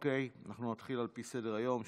מתחילים עם סדר-היום,